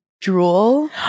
drool